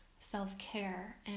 self-care